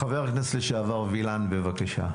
חבר הכנסת לשעבר וילן, בבקשה.